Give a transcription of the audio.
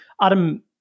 Adam